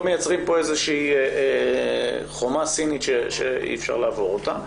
מייצרים פה איזושהי חומה סינית שאי אפשר לעבור אותה.